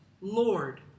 Lord